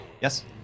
Yes